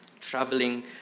traveling